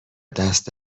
دست